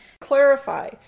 clarify